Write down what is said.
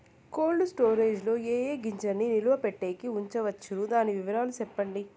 Cold storage లో ఏ ఏ గింజల్ని నిలువ పెట్టేకి ఉంచవచ్చును? దాని వివరాలు సెప్పండి?